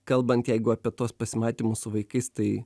kalbant jeigu apie tuos pasimatymus su vaikais tai